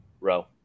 row